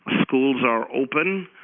schools are open.